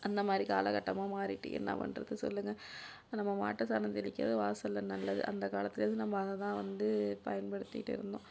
அந்த மாதிரி காலக்கட்டமாக மாறிட்டு என்ன பண்ணுறது சொல்லுங்க நம்ம மாட்டு சாணம் தெளிக்கிறது வாசலில் நல்லது அந்த காலத்தில் இருந்து நம்ம அதை தான் வந்து பயன்படுத்திட்டு இருந்தோம்